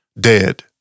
dead